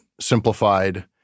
simplified